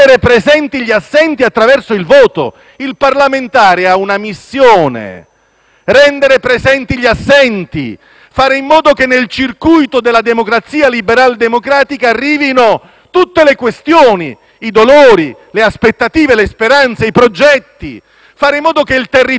rendere presenti gli assenti, fare in modo che nel circuito della democrazia liberaldemocratica arrivino tutte le questioni, i dolori, le aspettative, le speranze, i progetti; fare in modo che il territorio entri all'interno del Parlamento. Non è soltanto una questione di ridurre